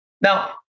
Now